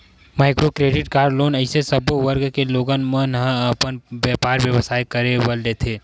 micro credit loan अइसे सब्बो वर्ग के लोगन मन ह अपन बेपार बेवसाय करे बर लेथे